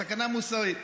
סכנה מוסרית.